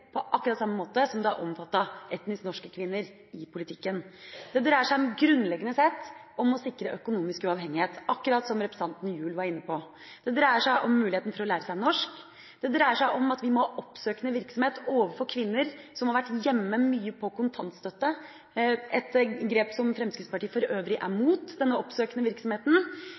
på akkurat samme måte som det har omfattet etnisk norske kvinner i politikken. Det dreier seg grunnleggende sett om å sikre økonomisk uavhengighet, akkurat som representanten Gjul var inne på. Det dreier seg om muligheten til å lære seg norsk, det dreier seg om at vi må ha oppsøkende virksomhet – et grep som Fremskrittspartiet for øvrig er imot – overfor kvinner som har vært hjemme mye på kontantstøtte. Fremskrittspartiet er for kontantstøtten, som